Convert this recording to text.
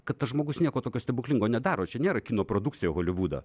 kad tas žmogus nieko tokio stebuklingo nedaro čia nėra kino produkcija holivudo